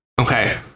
Okay